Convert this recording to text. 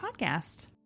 podcast